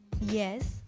yes